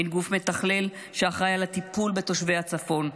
אין גוף מתכלל שאחראי על הטיפול בתושבי הצפון.